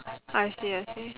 I see I see